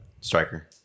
Striker